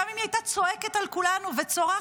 גם אם היא הייתה צועקת על כולנו וצורחת,